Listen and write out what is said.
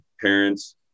parents